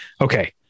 okay